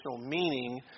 meaning